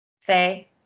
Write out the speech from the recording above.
say